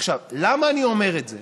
עכשיו, למה אני אומר את זה?